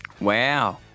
Wow